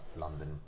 London